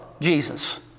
Jesus